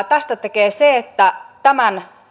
tästä tekee se että